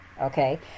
Okay